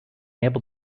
able